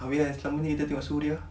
abeh yang selama ni kita tengok suria